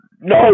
No